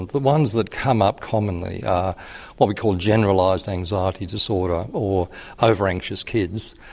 the ones that come up commonly are what we call generalised anxiety disorder or over-anxious kids,